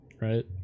right